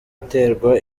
iterwa